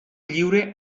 lliure